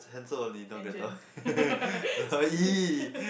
handsome only now better !ee!